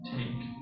Take